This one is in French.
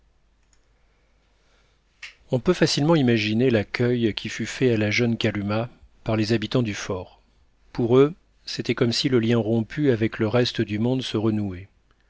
on peut facilement imaginer l'accueil qui fut fait à la jeune kalumah par les habitants du fort pour eux c'était comme si le lien rompu avec le reste du monde se renouait